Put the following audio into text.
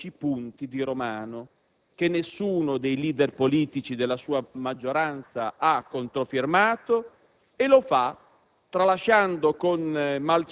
ci propone i dodici punti di Romano, che nessuno dei *leader* politici della sua maggioranza ha controfirmato. Lo fa